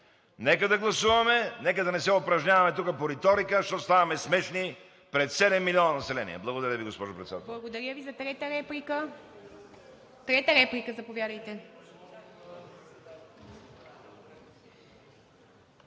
Нека да гласуваме, нека да не се упражняваме по риторика, защото ставаме смешни пред 7 милиона население. Благодаря Ви, госпожо Председател.